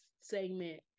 segment